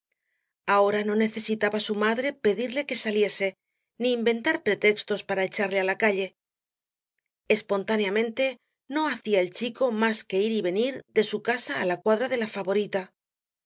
ahora no necesitaba su madre pedirle que saliese ni inventar pretextos con que echarle á la calle espontáneamente no hacía el chico más que ir y venir de su casa á la cuadra de la favorita el